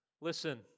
listen